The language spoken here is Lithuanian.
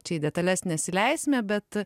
čia į detales nesileisime bet